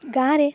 ଗାଁରେ